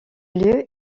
lieu